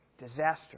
Disaster